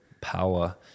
power